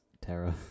terror